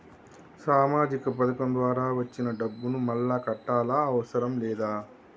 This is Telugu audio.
సామాజిక పథకం ద్వారా వచ్చిన డబ్బును మళ్ళా కట్టాలా అవసరం లేదా?